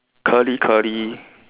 curly curly